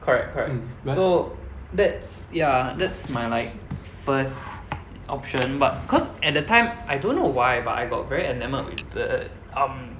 correct correct so that's ya that's my like first option but cause at the time I don't know why but I got very enamored with the um